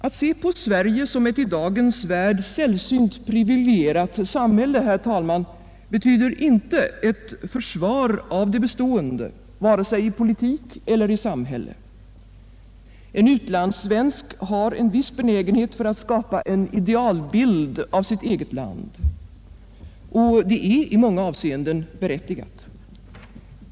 Att se på Sverige som ett i dagens värld sällsynt privilegierat samhälle, herr talman, betyder inte ett försvar av det bestående vare sig i politik eller i samhälle. En utlandssvensk har en viss benägenhet att skapa en idealbild av sitt eget land, och det är i många avseenden berättigat.